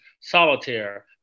Solitaire